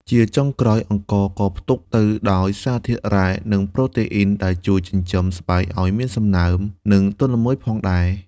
ជាចុងក្រោយ អង្ករក៏ផ្ទុកទៅដោយសារធាតុរ៉ែ និងប្រូតេអ៊ីនដែលជួយចិញ្ចឹមស្បែកឱ្យមានសំណើម និងទន់ល្មើយផងដែរ។